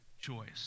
choice